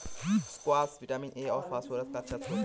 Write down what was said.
squash vitamin A और phosphorus का अच्छा श्रोत है